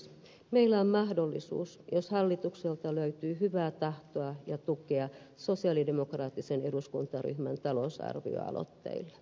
meillä on mahdollisuus jos hallitukselta löytyy hyvää tahtoa ja tukea sosialidemokraattisen eduskuntaryhmän talousarvioaloitteille